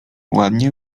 ładnie